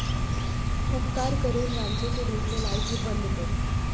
उपकार करून रांदचे कुडींतल्यो लायटी बंद कर